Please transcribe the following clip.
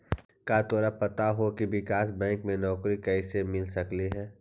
का तोरा पता हो की विकास बैंक में नौकरी कइसे मिल सकलई हे?